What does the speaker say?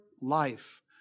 life